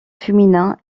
féminin